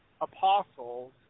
apostles